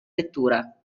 lettura